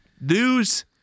News